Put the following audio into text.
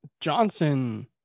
Johnson